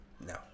No